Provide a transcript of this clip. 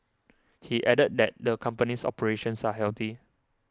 he added that the company's operations are healthy